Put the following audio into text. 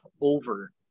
over